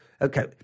okay